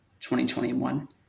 2021